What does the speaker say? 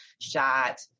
shot